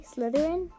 Slytherin